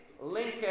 Lincoln